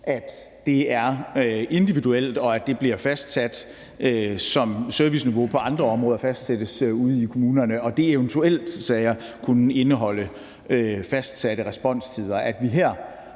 Det er individuelt, og det bliver fastsat, som serviceniveauet på andre områder fastsættes ude i kommunerne. Jeg sagde, at det eventuelt kunne indeholde fastsatte responstider.